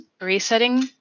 resetting